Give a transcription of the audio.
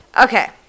Okay